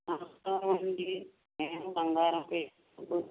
నమస్కారమండి నేను బంగారం పై